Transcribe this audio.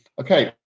Okay